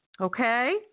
Okay